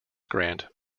grant